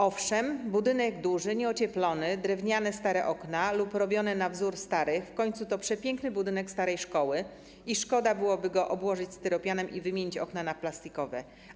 Owszem, budynek jest duży, nieocieplony, drewniane, stare lub robione na wzór starych okna - w końcu to przepiękny budynek starej szkoły i szkoda byłoby go obłożyć styropianem i wymienić okna na plastikowe.